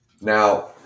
Now